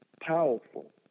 powerful